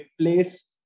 place